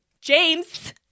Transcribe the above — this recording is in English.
James